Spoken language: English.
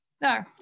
no